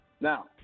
now